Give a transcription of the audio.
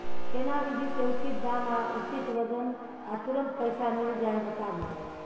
केना विधी से उचित दाम आ उचित वजन आ तुरंत पैसा मिल जाय बताबू?